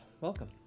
Welcome